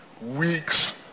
weeks